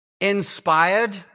inspired